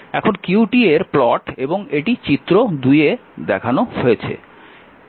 এখন q এর plot এবং এটি চিত্র 2 এ দেখানো হয়েছে